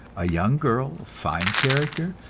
a young girl of fine character,